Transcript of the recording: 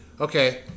okay